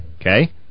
Okay